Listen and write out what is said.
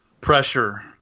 pressure